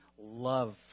love